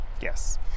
yes